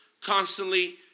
constantly